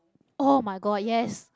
oh-my-god yes